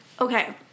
okay